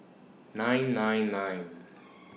nine nine nine